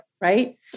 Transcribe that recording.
Right